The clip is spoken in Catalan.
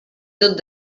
tot